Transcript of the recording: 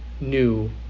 new